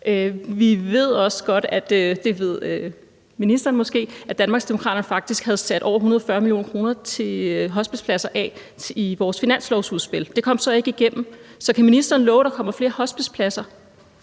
Vi ved også godt – og det ved ministeren måske – at Danmarksdemokraterne faktisk havde sat over 140 mio. kr. af til hospicepladser i vores finanslovsudspil. Det kom så ikke igennem. Så kan ministeren love, at der kommer flere hospicepladser?